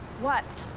what?